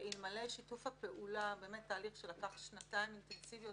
אלמלא שיתוף הפעולה המדהים תהליך שלקח שנתיים אינטנסיביות